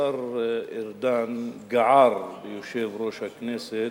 השר ארדן גער ביושב-ראש הכנסת,